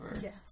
Yes